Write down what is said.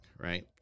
right